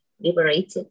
liberated